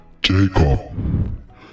Jacob